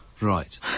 Right